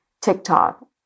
TikTok